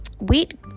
wheat